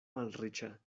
malriĉa